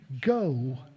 go